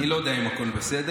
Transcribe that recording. אני לא יודע אם הכול בסדר,